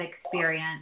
experience